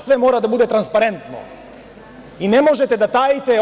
Sve mora da bude transparentno i ne možete da tajite.